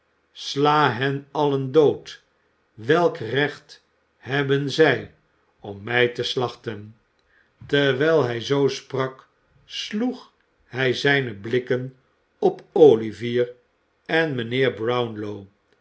sla hen allen dood welk recht hebben zij om mij te slachten terwijl hij zoo sprak sloeg hij zijne blikken op olivier en mijnheer brownow